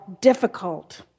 difficult